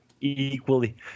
equally